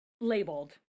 labeled